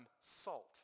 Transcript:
salt